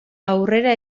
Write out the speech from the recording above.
aurrera